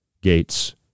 Gates